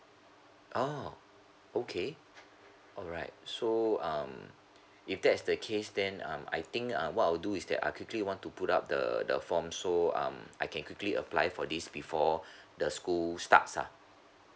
orh okay alright so um if that is the case then um I think what I will do is that I quickly want to put up the the form so um I can quickly apply for this before the school starts lah